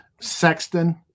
Sexton